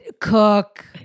cook